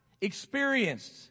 experienced